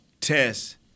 test